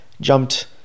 jumped